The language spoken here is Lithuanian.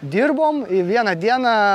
dirbom i vieną dieną